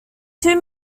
two